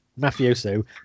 mafioso